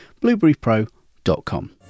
BlueberryPro.com